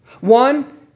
One